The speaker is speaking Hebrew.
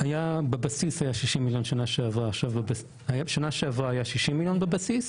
בשנה שעברה היה 60 מיליון בבסיס,